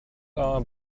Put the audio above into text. are